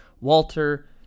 Walter